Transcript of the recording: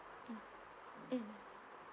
mm mm